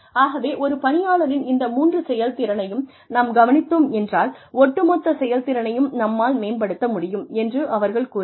ஆகவே ஒரு பணியாளரின் இந்த மூன்று செயல்திறனையும் நாம் கவனித்தோம் என்றால் ஒட்டுமொத்த செயல்திறனையும் நம்மால் மேம்படுத்த முடியும் என்று அவர்கள் கூறினர்